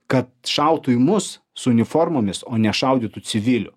kad šautų į mus su uniformomis o nešaudytų civilių